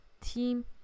team